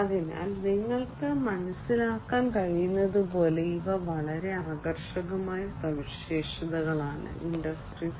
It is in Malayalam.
അതിനാൽ നിങ്ങൾക്ക് മനസിലാക്കാൻ കഴിയുന്നതുപോലെ ഇവ വളരെ ആകർഷകമായ സവിശേഷതകളാണ് ഇൻഡസ്ട്രി 4